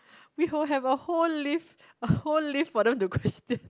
we all have a whole list a whole list for them to question